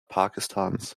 pakistans